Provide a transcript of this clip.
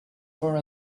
far